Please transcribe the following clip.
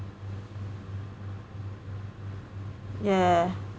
yeah